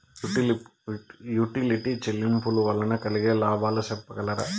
Utility చెల్లింపులు వల్ల కలిగే లాభాలు సెప్పగలరా?